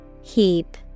Heap